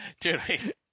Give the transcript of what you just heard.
Dude